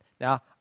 Now